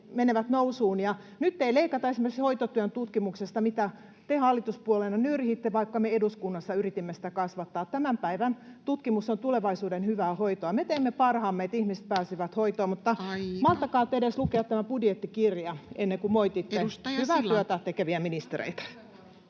nyt ei leikata esimerkiksi hoitotyön tutkimuksesta, mitä te hallituspuolueena nyrhitte, vaikka me eduskunnassa yritimme sitä kasvattaa. Tämän päivän tutkimus on tulevaisuuden hyvää hoitoa. Me teemme parhaamme, että ihmiset pääsevät hoitoon, [Puhemies: Aika!] mutta malttakaa te edes lukea tämä budjettikirja ennen kuin moititte hyvää työtä tekeviä ministereitä.